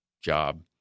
job